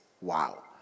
Wow